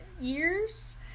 years